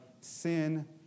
sin